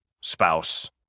spouse